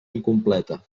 incompleta